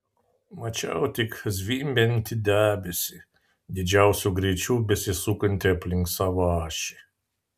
mačiau tik zvimbiantį debesį didžiausiu greičiu besisukantį aplink savo ašį